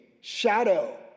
Shadow